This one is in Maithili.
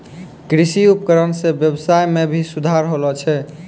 कृषि उपकरण सें ब्यबसाय में भी सुधार होलो छै